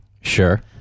Sure